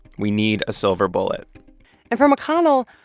we need a silver bullet and for mcconnell,